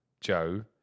Joe